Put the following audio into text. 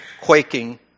quaking